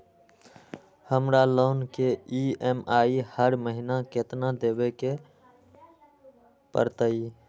हमरा लोन के ई.एम.आई हर महिना केतना देबे के परतई?